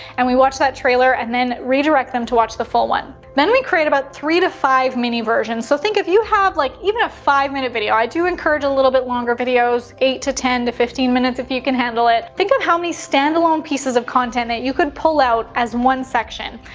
and we watch that trailer and then redirect them to watch the full one. then we create about three to five mini versions. so think if you have like even a five minute video, i do encourage a little bit longer videos, eight to ten to fifteen minutes if you can handle it. think of how many standalone pieces of content that you could pull out as one section.